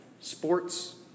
Sports